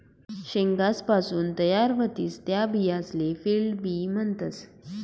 शेंगासपासून तयार व्हतीस त्या बियासले फील्ड बी म्हणतस